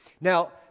Now